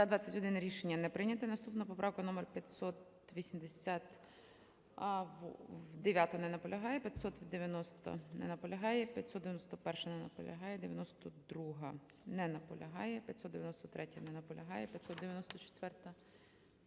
За-21 Рішення не прийнято. Наступна поправка номер 589. Не наполягає. 590-а. Не наполягає. 591-а. Не наполягає. 92-а. Не наполягає. 593-я. Не наполягає. 594-а. Не наполягає.